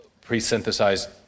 pre-synthesized